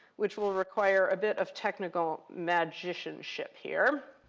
which will require a bit of technical magicianship here.